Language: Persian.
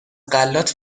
غلات